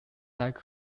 like